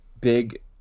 big